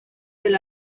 del